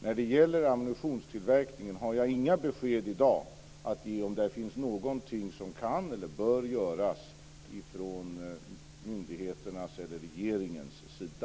När det gäller ammunitionstillverkningen har jag inga besked att ge i dag om där finns någonting som kan eller bör göras från myndigheternas eller regeringens sida.